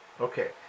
Okay